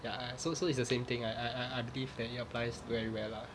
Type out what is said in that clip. ya so so it's the same thing I I I believe that it applies to anywhere lah